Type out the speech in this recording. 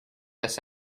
this